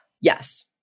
yes